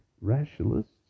rationalists